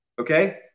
okay